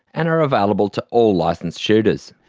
and are available to all licenced shooters.